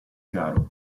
caro